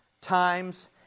times